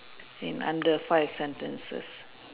in under five sentences